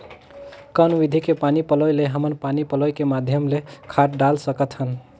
कौन विधि के पानी पलोय ले हमन पानी पलोय के माध्यम ले खाद डाल सकत हन?